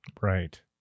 Right